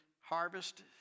harvest